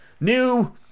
New